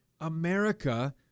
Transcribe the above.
America